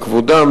בכבודם,